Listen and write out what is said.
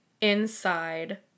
inside